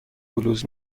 بلوز